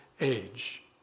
age